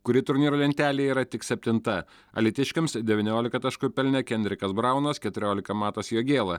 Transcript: kuri turnyro lentelėje yra tik septinta alytiškiams devyniolika taškų pelnė kendrikas braunas keturiolika matas jogėla